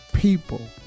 People